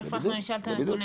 תיכף אנחנו נשאל את הנתונים,